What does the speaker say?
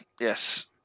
yes